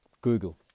Google